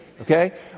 Okay